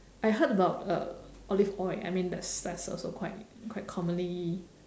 I heard about uh olive oil I mean that's that's also quite quite commonly